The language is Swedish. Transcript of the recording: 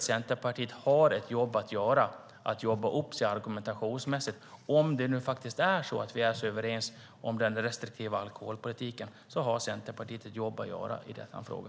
Centerpartiet måste jobba upp sig argumentationsmässigt. Om vi nu är så överens om den restriktiva alkoholpolitiken har Centerpartiet ett jobb att göra i denna fråga.